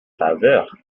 faveur